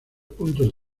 puntos